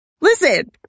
Listen